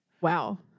Wow